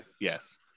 yes